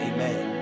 Amen